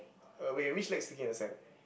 uh wait which leg is sticking in the sand